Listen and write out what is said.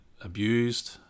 abused